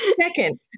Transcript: Second